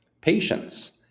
patience